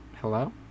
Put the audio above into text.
Hello